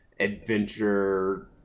adventure